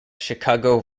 chicago